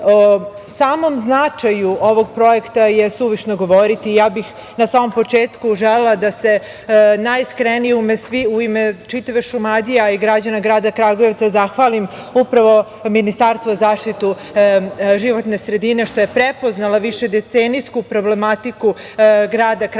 samom značaju ovog projekta je suvišno govoriti. Ja bih na samom početku želela da se najiskrenije u ime čitave Šumadije, kao i građana grada Kragujevca zahvalim upravo Ministarstvu za zaštitu životne sredine što je prepoznalo višedecenijsku problematiku grada Kragujevca